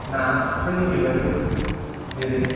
नाफोरनि बेलायावबो जेरै